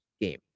game